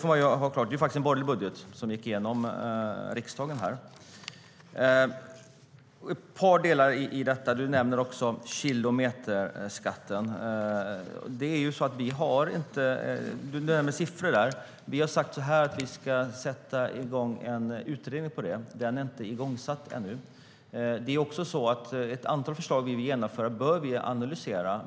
Det var faktiskt en borgerlig budget som gick igenom riksdagen. Jag vill ta upp ett par delar av detta. Anders Ahlgren nämner kilometerskatten. När det gäller siffrorna har vi sagt att vi ska sätta igång en utredning, vilket ännu inte har skett. Ett antal av de förslag vi vill genomföra bör vi analysera.